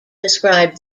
describe